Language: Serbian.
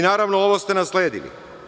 Naravno, ovo ste nasledili.